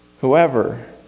whoever